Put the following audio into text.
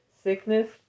Sickness